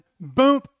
boom